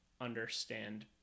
understand